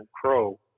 crow